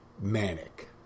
Manic